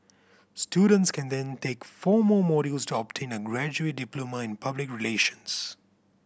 students can then take four more modules to obtain a graduate diploma in public relations